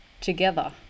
together